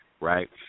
right